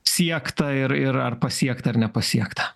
siekta ir ir ar pasiekta ar nepasiekta